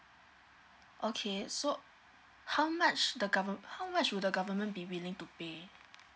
okay so how much the govern~ how much will the government be willing to pay